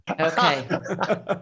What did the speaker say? Okay